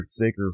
thicker